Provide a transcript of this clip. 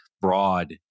broad